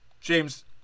James